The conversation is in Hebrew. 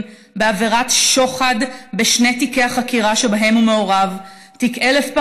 בעבירת שוחד בשני תיקי החקירה שבהם הוא מעורב: תיק 1000,